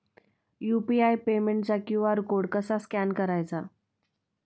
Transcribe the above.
UPI पेमेंटचा QR code कसा scan करायचा?